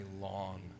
long